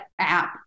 app